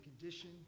condition